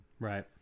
Right